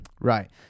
Right